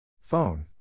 Phone